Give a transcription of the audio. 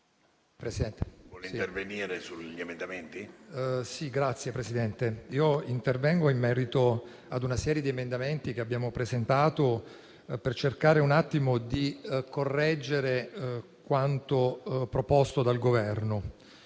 intervengo in merito a una serie di emendamenti che abbiamo presentato per cercare di correggere quanto proposto dal Governo: